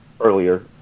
earlier